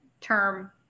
term